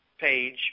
page